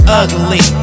ugly